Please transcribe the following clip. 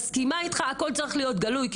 מסכימה אתך שהכול צריך להיות גלוי.